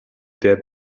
their